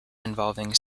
involving